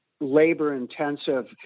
labor-intensive